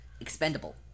expendable